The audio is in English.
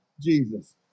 Jesus